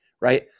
right